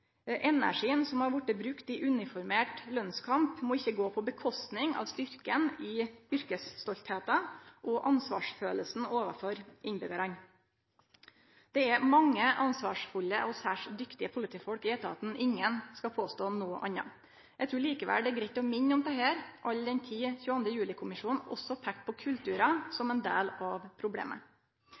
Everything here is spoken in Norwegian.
Energien som har vorte brukt i uniformert lønskamp, må ikkje gå ut over styrken i yrkesstoltheita og ansvarsfølelsen overfor innbyggjarane. Det er mange ansvarsfulle og særs dyktige politifolk i etaten. Ingen skal påstå noko anna. Eg trur likevel det er greitt å minne om dette all den tid 22. juli-kommisjonen også peiker på kulturar som ein del av problemet.